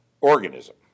organism